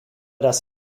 das